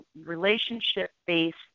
relationship-based